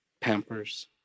pampers